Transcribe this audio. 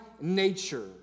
nature